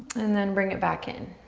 and then bring it back in.